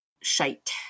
shite